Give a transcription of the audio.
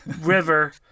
river